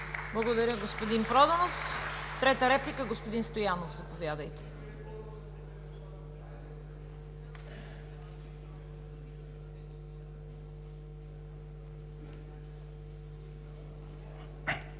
Благодаря, господин Проданов. Трета реплика – господин Стоянов, заповядайте. ДИМИТЪР